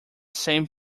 same